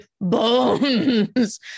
bones